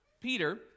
Peter